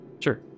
Sure